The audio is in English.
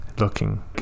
looking